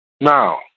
Now